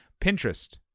Pinterest